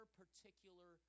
particular